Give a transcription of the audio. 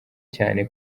cyane